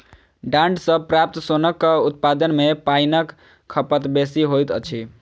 डांट सॅ प्राप्त सोनक उत्पादन मे पाइनक खपत बेसी होइत अछि